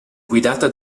guidata